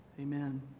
Amen